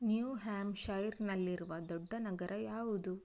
you ಹ್ಯಾಮ್ಶೈರ್ನಲ್ಲಿರುವ ದೊಡ್ಡ ನಗರ ಯಾವುದು